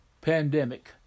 pandemic